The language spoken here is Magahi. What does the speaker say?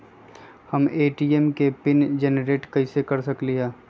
हम ए.टी.एम के पिन जेनेरेट कईसे कर सकली ह?